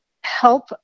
help